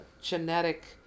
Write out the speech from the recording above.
genetic